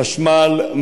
חשמל,